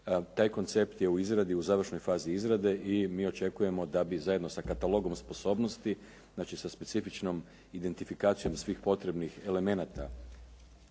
Taj koncept je u izradi, u završnoj fazi izrade i mi očekujemo da bi zajedno sa katalogom sposobnosti znači sa specifičnom identifikacijom svih potrebnih elemenata